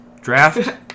Draft